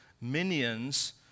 minions